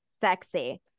sexy